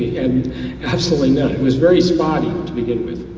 and absolutely none, it was very spotty to begin with.